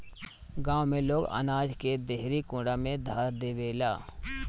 गांव में लोग अनाज के देहरी कुंडा में ध देवेला